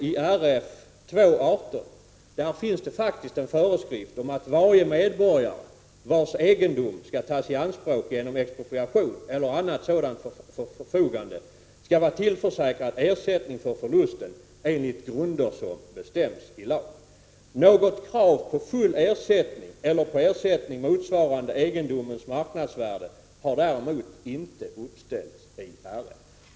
I RF 2:18 finns en föreskrift om att ”varje medborgare vilkens egendom tagits i anspråk genom expropriation eller annat sådant förfogande skall vara tillförsäkrad ersättning för förlusten enligt grunder som bestämmes i lag”. Något krav på full ersättning, eller ersättning motsvarande egendomens marknadsvärde, har däremot inte uppställts i RF.